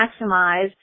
maximize